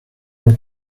und